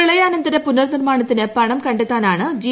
പ്രളയാനന്തര പുനർന്വൂർമാണ്ത്തിന് പണം കണ്ടെത്താനാണ് ജി